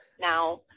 Now